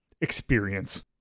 experience